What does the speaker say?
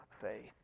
faith